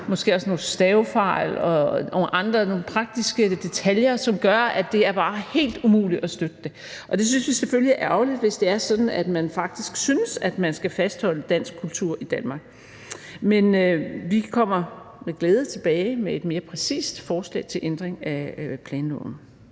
måske også nogle stavefejl og nogle praktiske detaljer, som gør, at det bare er helt umuligt at støtte det. Vi synes selvfølgelig, det er ærgerligt, hvis det er sådan, at de faktisk synes, at man skal fastholde dansk kultur i Danmark. Men vi kommer med glæde tilbage med et mere præcist forslag til ændring af planloven.